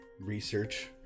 research